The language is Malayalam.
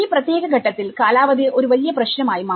ഈ പ്രത്യേക ഘട്ടത്തിൽ കാലാവധി ഒരു വലിയ പ്രശ്നം ആയി മാറി